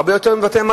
הרבה יותר מבתי-מלון,